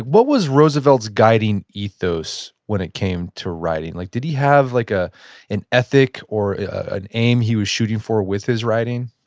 what was roosevelt's guiding ethos when it came to writing? like did he have like ah an ethic or an aim he was shooting for with his writing?